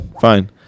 fine